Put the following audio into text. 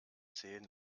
zehn